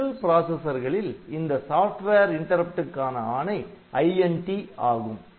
Intel பிராசசர்களில் இந்த software இன்டரப்ட்டுக்கான ஆணை INT ஆகும்